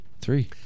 Three